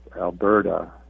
Alberta